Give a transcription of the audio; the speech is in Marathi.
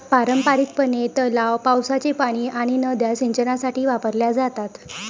पारंपारिकपणे, तलाव, पावसाचे पाणी आणि नद्या सिंचनासाठी वापरल्या जातात